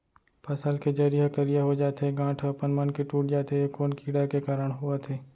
फसल के जरी ह करिया हो जाथे, गांठ ह अपनमन के टूट जाथे ए कोन कीड़ा के कारण होवत हे?